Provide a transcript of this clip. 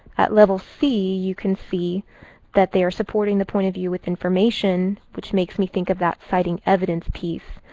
at level c, you can see that they are supporting the point of view with information, which makes me think of that citing evidence piece,